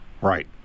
Right